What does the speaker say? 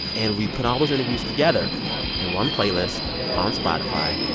and we put all those interviews together in one playlist on spotify.